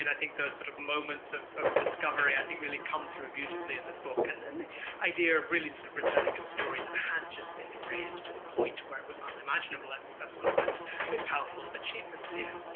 and i think those sort of moments of of discovery, i think really come through beautifully in the book. and and the idea of really sort of returning to a story that had just been erased, to the point where it was unimaginable. i think that's one of the great, powerful achievements here.